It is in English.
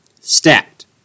stacked